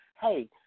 Hey